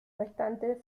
restantes